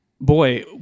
Boy